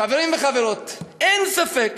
חברים וחברות, אין ספק